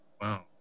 wow